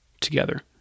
together